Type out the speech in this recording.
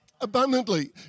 abundantly